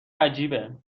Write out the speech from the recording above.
عجیبه